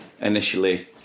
initially